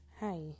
Hi